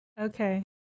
Okay